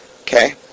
Okay